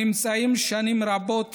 הנמצאים שנים רבות